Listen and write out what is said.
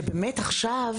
שבאמת עכשיו,